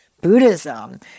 Buddhism